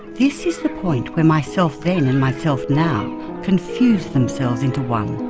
this is the point where myself then and myself now confuse themselves into one.